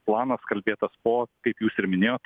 planas kalbėtas po kaip jūs ir minėjot